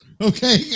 okay